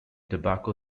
tobacco